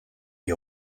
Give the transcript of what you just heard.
you